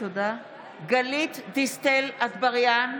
(קוראת בשמות חברי הכנסת) גלית דיסטל אטבריאן,